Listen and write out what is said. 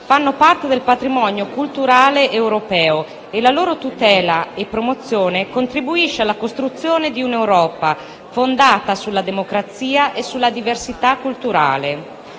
fanno parte del patrimonio culturale europeo e la loro tutela e promozione contribuisce alla costruzione di una Europa fondata sulla democrazia e sulla diversità culturale.